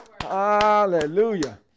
Hallelujah